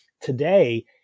Today